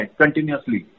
continuously